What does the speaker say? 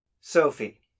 Sophie